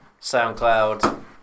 SoundCloud